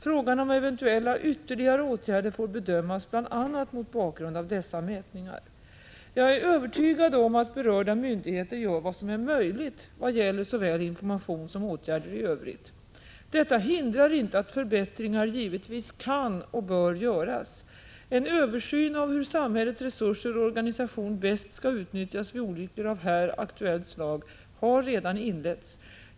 Frågan om eventuella ytterligare åtgärder får bedömas bl.a. mot bakgrund av dessa mätningar. Jag är övertygad om att berörda myndigheter gör vad som är möjligt, vad gäller såväl information som åtgärder i övrigt. Detta hindrar inte att förbättringar givetvis kan och bör göras. En översyn av hur samhällets resurser och organisation bäst skall utnyttjas vid olyckor av här aktuellt slag har redan inletts.